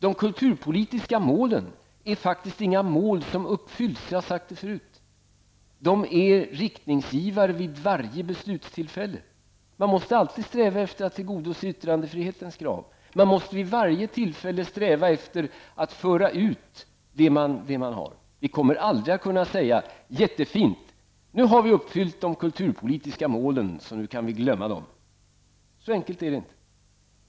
De kulturpolitiska målen är faktiskt inga mål som uppfylls. Jag har sagt det förut: De är riktningsgivare vid varje beslutstillfälle. Man måste alltid sträva efter att tillgodose yttrandefrihetens krav, man måste vid varje tillfälle sträva efter att föra ut det man har. Vi kommer aldrig att kunna säga: Jättefint, nu har vi uppfyllt de kulturpolitiska målen, så nu kan vi glömma dem! Så enkelt är det inte.